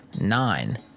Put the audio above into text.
nine